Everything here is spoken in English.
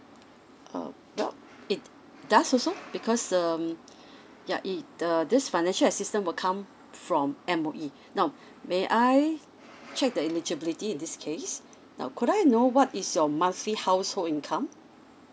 uh well it just does also because um ya it uh this financial system will come from M_O_E now may I check the eligibility in this case now could I know what is your monthly household income